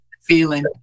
feeling